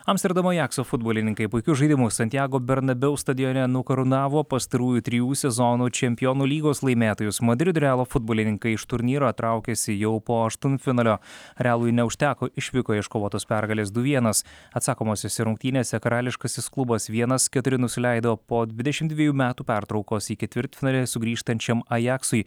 amsterdamo ajakso futbolininkai puikiu žaidimu santjago bernabeu stadione nukarūnavo pastarųjų trijų sezonų čempionų lygos laimėtojus madrido realo futbolininkai iš turnyro traukiasi jau po aštuntfinalio realui neužteko išvykoje iškovotos pergalės du vienas atsakomosiose rungtynėse karališkasis klubas vienas keturi nusileido po dvidešimt dviejų metų pertraukos į ketvirtfinalį sugrįžtančiam ajaksui